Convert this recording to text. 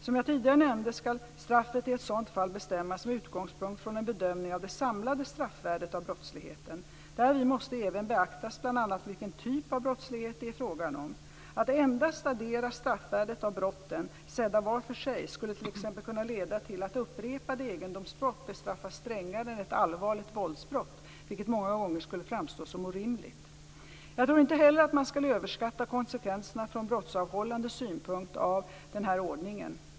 Som jag tidigare nämnde ska straffet i ett sådant fall bestämmas med utgångspunkt från en bedömning av det samlade straffvärdet av brottsligheten. Därvid måste även beaktas bl.a. vilken typ av brottslighet det är fråga om. Att endast addera straffvärdet av brotten sedda var för sig skulle t.ex. kunna leda till att upprepade egendomsbrott bestraffas strängare än ett allvarligt våldsbrott, vilket många gånger skulle framstå som orimligt. Jag tror inte heller att man ska överskatta konsekvenserna från brottsavhållande synpunkt av denna ordning.